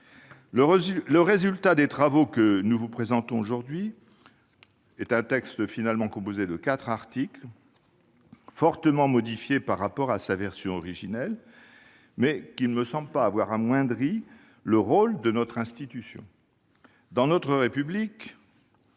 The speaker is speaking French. Le résultat des travaux que nous vous présentons aujourd'hui- un texte finalement composé de quatre articles et fortement modifié par rapport à sa version originelle -n'a pas amoindri le rôle de notre institution, me semble-t-il. Dans notre République,